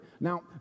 Now